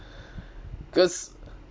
cause